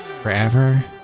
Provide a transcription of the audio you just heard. Forever